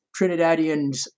Trinidadians